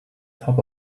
top